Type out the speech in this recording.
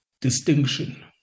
distinction